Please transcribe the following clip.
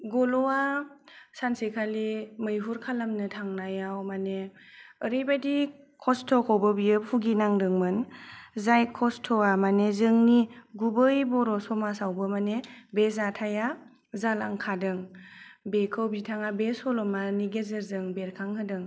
गल'आ सानसेखालि मैहुर खालामनो थांनायाव मानि ओरैबादि खस्थ'खौबो बियो बुगिनांदोंमोन जाय खस्थ'आ मानि जोंनि गुबै बर' समाजआवबो मानि बे जाथाया जालांखादों बेखौ बिथाङा बे सल'मानि गेजेरजों बेरखां होदों